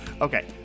okay